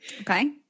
Okay